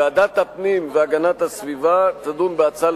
ועדת הפנים והגנת הסביבה תדון בהצעות